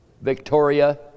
Victoria